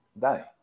die